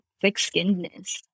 thick-skinnedness